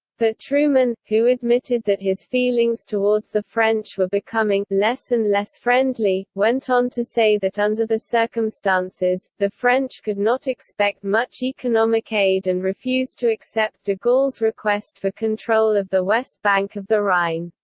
truman, who admitted that his feelings towards the french were becoming less and less friendly, went on to say that under the circumstances, the french could not expect much economic aid and refused to accept de gaulle's request for control of the west bank of the rhine.